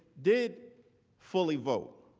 did fully vote,